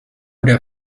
der